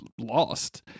lost